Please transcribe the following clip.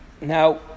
Now